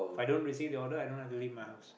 If i don't receive the order i don't have to leave my house